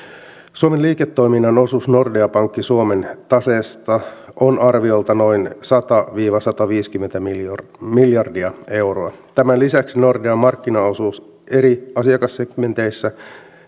suomen liiketoiminnan osuus nordea pankki suomen taseesta on arviolta noin sata viiva sataviisikymmentä miljardia miljardia euroa tämän lisäksi nordean markkinaosuus eri asiakassegmenteissä